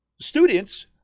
Students